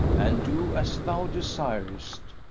and do as thou desirest.